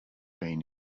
been